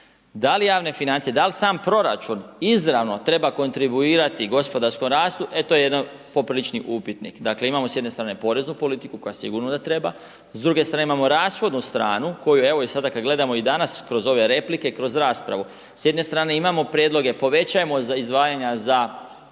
Da li javne financije, da li sam proračun izravno treba kontinuirati gospodarskom rastu, e to je jedan poprilični upitnik. Dakle, imamo s jedne strane poreznu politiku, koja sigurno da treba, s druge strane imamo rashodnu stranu, koju evo, i sada kada gledamo i danas kroz ove replike, kroz raspravu, s jedne strane imamo prijedloge, povećajmo izdvajanja za